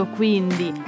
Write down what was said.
quindi